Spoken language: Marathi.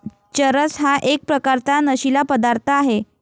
चरस हा एक प्रकारचा नशीला पदार्थ आहे